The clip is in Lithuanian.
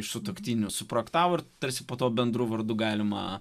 iš sutuoktinių suprojektavo tarsi po to bendru vardu galima